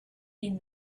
been